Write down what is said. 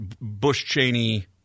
Bush-Cheney